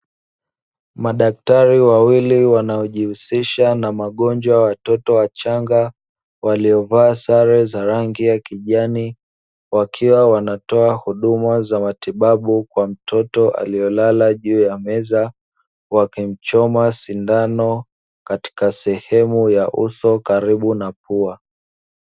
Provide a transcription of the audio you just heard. Madaktari wawili wanaojihusisha na magonjwa ya watoto wachanga, waliovaa sare za rangi ya kijani wakiwa wanatoa huduma za matibabu kwa mtoto aliyelala juu ya meza, wakimchoma sindano katika sehemu ya uso karibu na pua.